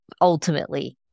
ultimately